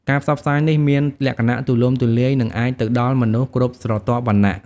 ការផ្សព្វផ្សាយនេះមានលក្ខណៈទូលំទូលាយនិងអាចទៅដល់មនុស្សគ្រប់ស្រទាប់វណ្ណៈ។